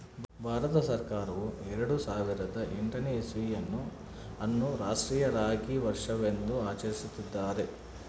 ಭಾರತ ಸರ್ಕಾರವು ಎರೆಡು ಸಾವಿರದ ಎಂಟನೇ ಇಸ್ವಿಯನ್ನು ಅನ್ನು ರಾಷ್ಟ್ರೀಯ ರಾಗಿ ವರ್ಷವೆಂದು ಆಚರಿಸುತ್ತಿದ್ದಾರೆ